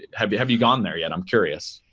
have you have you gone there yet? i'm curious.